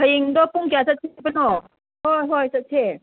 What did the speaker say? ꯍꯌꯦꯡꯗꯣ ꯄꯨꯡ ꯀꯌꯥ ꯆꯠꯁꯦ ꯍꯥꯏꯕꯅꯣ ꯍꯣꯏ ꯍꯣꯏ ꯆꯠꯁꯦ